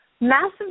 massive